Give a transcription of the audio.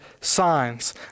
signs